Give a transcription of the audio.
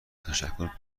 تشکر